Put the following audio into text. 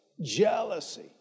jealousy